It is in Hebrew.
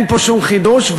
אין פה שום חידוש,